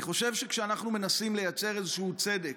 אני חושב שכשאנחנו מנסים לייצר איזה צדק,